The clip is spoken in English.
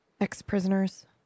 ex-prisoners